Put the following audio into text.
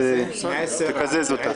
אז תקזז אותה.